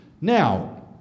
Now